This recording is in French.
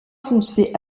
foncé